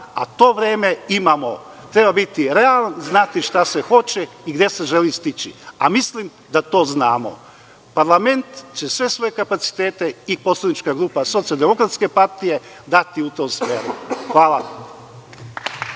a to vreme imamo. Treba biti realan i znati šta se hoće i gde se želi stići. Mislim da to znamo. Parlament će sve svoje kapacitete i poslanička grupa SDPS dati u tom smeru. Hvala.